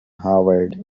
howard